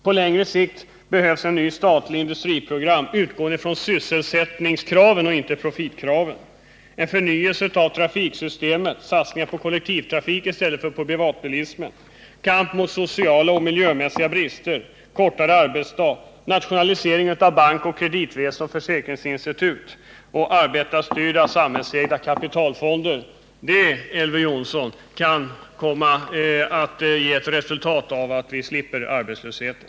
På längre sikt behövs ett statligt industriprogram utgående från sysselsättningskraven och inte från profitkraven, en förnyelse av trafiksystemet, satsningar på kollektivtrafik i stället för på privatbilism, kamp mot sociala och miljömässiga brister, kortare arbetsdag, nationalisering av bankoch kreditväsen och försäkringsinstitut och arbetarstyrda, samhällsägda kapitalfonder. Det, Elver Jonsson, kan ge till resultat att vi slipper arbetslösheten.